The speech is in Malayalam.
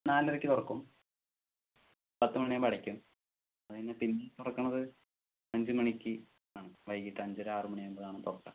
നാലരയ്ക്ക് തുറക്കും പത്ത് മണിയാവുമ്പോൾ അടയ്ക്കും അത് കഴിഞ്ഞ് പിന്നെ തുറക്കുന്നത് അഞ്ച് മണിക്ക് ആണ് വൈകിട്ട് അഞ്ചര ആറ് മണിയാവുമ്പോഴാണ് തുറക്കുക